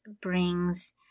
brings